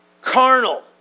carnal